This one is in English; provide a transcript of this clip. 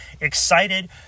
excited